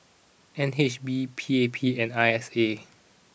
N H B P A P and I S A